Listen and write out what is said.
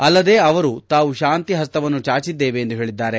ಅಲ್ಲದೆ ಅವರು ತಾವು ಶಾಂತಿ ಹಸ್ತವನ್ನು ಚಾಚಿದ್ದೇವೆ ಎಂದು ಹೇಳಿದ್ದಾರೆ